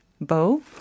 bow